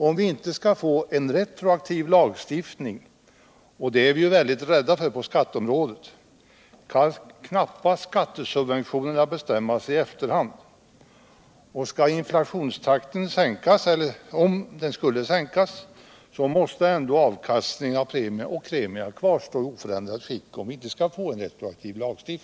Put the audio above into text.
Om vi inte skall få en retroaktiv lagstiftning, något som vi är rädda för att få på skatteområdet, kan skattesubventionerna knappast bestämmas i efterhand. Om inflationstakten skulle sänkas, måste ändå premierna och avkastningen av premierna kvarstå i oförändrat skick.